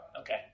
Okay